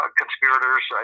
conspirators